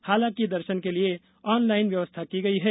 हालांकि दर्शन के लिये ऑनलाइन व्यवस्था की गई है